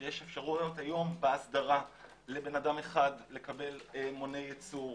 יש אפשרויות היום בהסדרה לאדם אחד לקבל מונה ייצור,